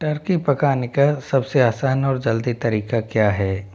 Turkey पकाने का सबसे आसान और जल्दी तरीका क्या है